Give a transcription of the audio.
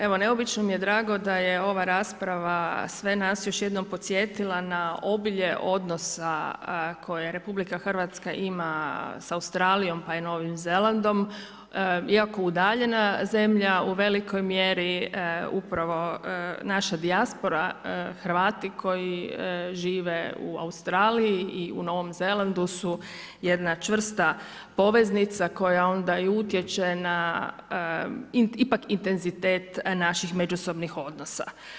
Evo, neobično mi je drago da je ova rasprava sve nas još jednom podsjetila na obilje odnosa koje RH im sa Australijom pa i Novim Zelandom iako udaljena zemlja u velikoj mjeri upravo naša dijaspora Hrvati koji žive u Australiji i u Novom Zelandu su jedna čvrsta poveznica koja onda i utječe na ipak intenzitet naših međusobnih odnosa.